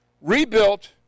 rebuilt